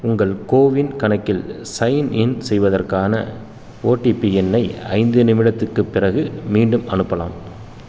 உங்கள் கோவின் கணக்கில் சைன்இன் செய்வதற்கான ஓடிபி எண்ணை ஐந்து நிமிடத்துக்குப் பிறகு மீண்டும் அனுப்பலாம்